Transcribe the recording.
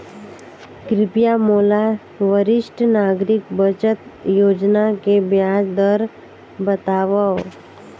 कृपया मोला वरिष्ठ नागरिक बचत योजना के ब्याज दर बतावव